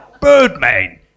Birdman